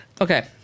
Okay